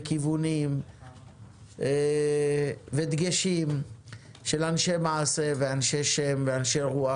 כיוונים ודגשים של אנשי מעשה ואנשי רוח.